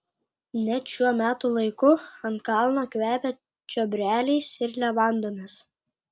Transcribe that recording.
net šiuo metų laiku ant kalno kvepia čiobreliais ir levandomis